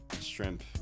shrimp